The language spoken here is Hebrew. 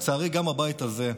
לצערי גם בבית הזה: